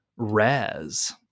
Raz